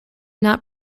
not